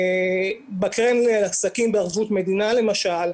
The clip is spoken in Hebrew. בקרן ההלוואות לעסקים בערבות מדינה למשל,